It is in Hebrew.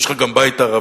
יש לך גם בית ערבי.